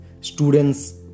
Students